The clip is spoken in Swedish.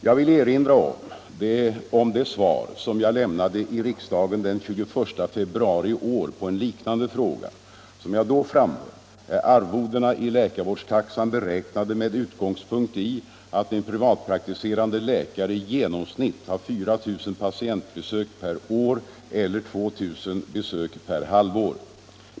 Jag vill erinra om det svar som jag lämnade i riksdagen den 21 februari i år på en liknande fråga. Som jag då framhöll är arvodena i läkarvårdstaxan beräknade med utgångspunkt i att en privatpraktiserande läkare i genomsnitt har 4 000 patientbesök per år eller 2 000 besök per halvår.